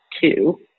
two